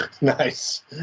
Nice